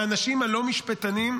האנשים הלא-משפטנים,